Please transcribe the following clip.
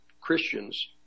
Christians